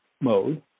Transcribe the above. mode